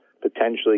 potentially